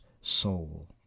soul